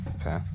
Okay